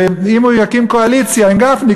ואם הוא יקים קואליציה עם גפני,